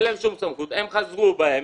הם חזרו בהם,